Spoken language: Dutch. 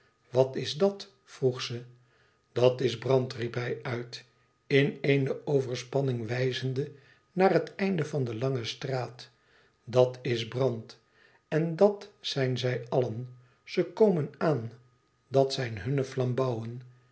wat is dat vroeg ze dat is brand riep hij uit in eene overspanning wijzende naar het einde van de lange straat dat is brand en dat zijn zij allen ze komen aan dat zijn hunne